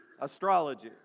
astrology